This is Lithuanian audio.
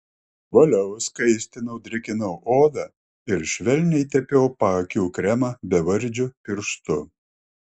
valiau skaistinau drėkinau odą ir švelniai tepiau paakių kremą bevardžiu pirštu